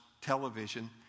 television